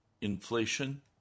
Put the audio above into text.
inflation